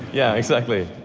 yeah, exactly.